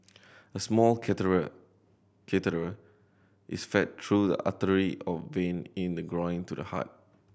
a small is fed through the artery or vein in the groin to the heart